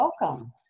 welcome